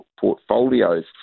portfolios